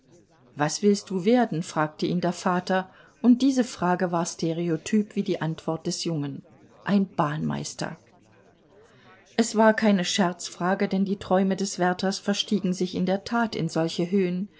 was willst du werden fragte ihn der vater und diese frage war stereotyp wie die antwort des jungen ein bahnmeister es war keine scherzfrage denn die träume des wärters verstiegen sich in der tat in solche höhen